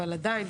אבל עדיין